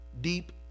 deep